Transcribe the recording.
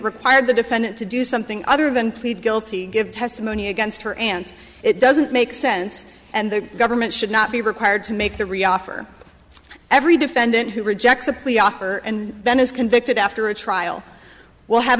required the defendant to do something other than plead guilty give testimony against her and it doesn't make sense and the government should not be required to make the reality for every defendant who rejects a plea offer and then is convicted after a trial will have